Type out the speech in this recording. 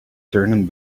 turning